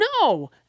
No